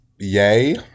Yay